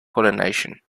pollination